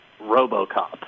RoboCop